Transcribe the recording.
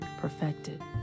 perfected